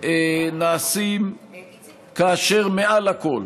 נעשים כאשר מעל הכול